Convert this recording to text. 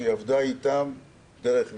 נטע עבדה איתן דרך וינה.